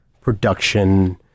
production